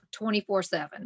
24-7